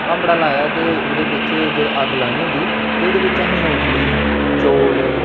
भांबड़ा लाया ते ओह्दे बिच्च अग्ग लानी होंदी ते ओह्दे बिच्च असें मुंगफली चौल